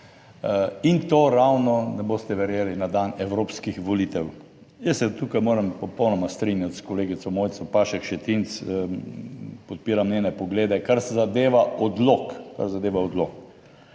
in to ravno, ne boste verjeli, na dan evropskih volitev. Jaz se tukaj moram popolnoma strinjati s kolegico Mojco Pašek Šetinc, podpiram njene poglede, kar zadeva odlok,